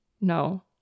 No